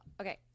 Okay